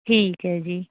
ਠੀਕ ਹੈ ਜੀ